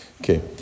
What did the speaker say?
Okay